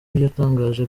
yatangaje